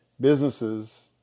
businesses